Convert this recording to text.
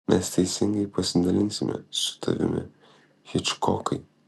mes teisingai pasidalinsime su tavimi hičkokai